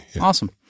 Awesome